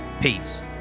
Peace